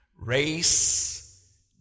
Race